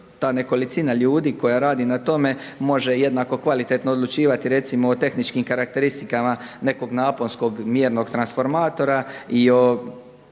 ta nekolicina ljudi koja radi na tome može jednako kvalitetno odlučivati recimo o tehničkim karakteristikama nekog naponskog mjernog transformatora i o